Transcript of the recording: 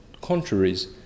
contraries